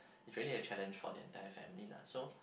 is really a challenge for the entire family lah so